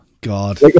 God